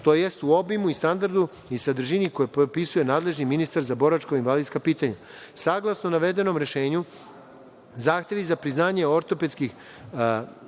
tj. u obimu i standardu i sadržini koju propisuje nadležni ministar za boračko-invalidska pitanja. Saglasno navedenom rešenju zahtevi za priznanje ortopedskih,